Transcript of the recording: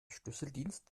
schlüsseldienst